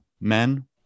men